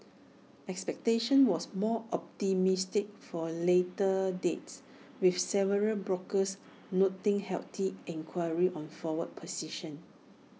expectation was more optimistic for later dates with several brokers noting healthy enquiry on forward positions